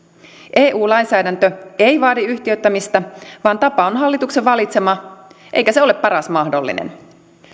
eu lainsäädäntö ei vaadi yhtiöittämistä vaan tapa on hallituksen valitsema eikä se ole paras mahdollinen